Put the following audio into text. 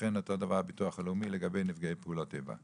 וכן אותו דבר הביטוח הלאומי לגבי נפגעי פעולות איבה?